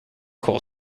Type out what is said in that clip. coal